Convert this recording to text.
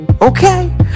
Okay